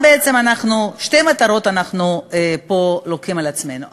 שתי מטרות אנחנו לוקחים פה על עצמנו.